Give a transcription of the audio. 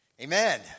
Amen